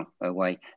away